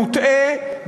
מוטעה,